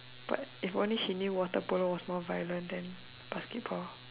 but if only she know water polo was more violent than basketball